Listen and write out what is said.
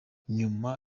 nyuma